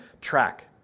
track